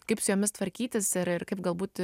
kaip su jomis tvarkytis ir ir kaip galbūt